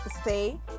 stay